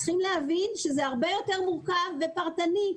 צריכים להבין שזה הרבה יותר מורכב ופרטני.